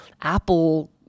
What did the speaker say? apple